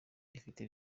rifite